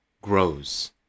grows